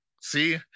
see